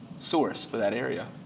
source for that area.